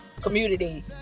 community